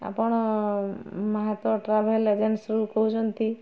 ଆପଣ ମହାତ ଟ୍ରାଭେଲ୍ ଏଜେନ୍ସିରୁ କହୁଛନ୍ତି